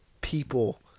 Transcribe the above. people